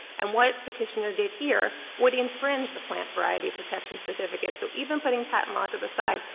and what petitioner did here would infringe the plant variety protection certificate. so even putting patent law to the side,